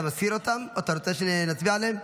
אתה רוצה שנסיר אותן או שנצביע עליהן?